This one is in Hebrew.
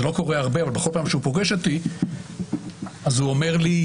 זה לא קורה הרבה הוא אומר לי: